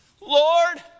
Lord